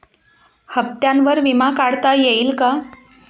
हप्त्यांवर विमा काढता येईल का?